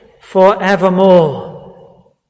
forevermore